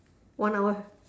one hour